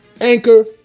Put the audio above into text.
Anchor